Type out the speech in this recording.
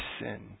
sin